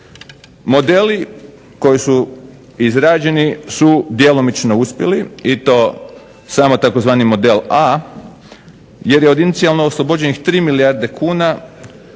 Modeli koji su izrađeni su djelomično uspjeli i to samo tzv. Model A jer je od inicijalno oslobođenih 3 milijarde kuna